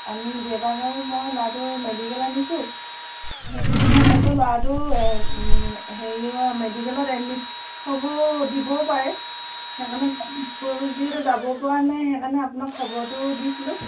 আমি দেউতাক আৰু মই ল'ৰাটোক মেডিকেলত নিছো হয়টো মানে ল'ৰাটো হেৰি মেডিকেলত এডমিট হ'ব দিবও পাৰে সেইকাৰণে স্কুল যিহেতু যাব পৰা নাই সেইকাৰণে আপোনাক খবৰটো দিছিলোঁ